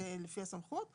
זה לפי הסמכות.